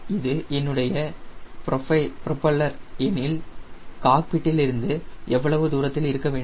இது என்னுடைய புரோபலர் எனில் காக்பிட்டில் இருந்து எவ்வளவு தூரத்தில் இருக்க வேண்டும்